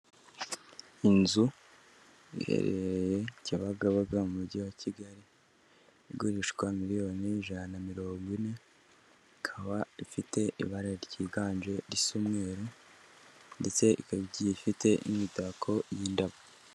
Inzu iherereye Kibagabaga mu mujyi wa Kigali igurishwa miliyoni iijana na mirongo ine ikaba ifite ibara ryiganje risa umweru ndetse ikaba igiye ifite n'imitako y'indabo.